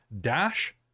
dash